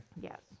Yes